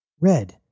Red